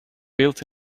built